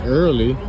early